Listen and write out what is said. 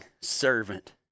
servant